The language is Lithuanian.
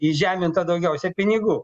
įžeminta daugiausia pinigų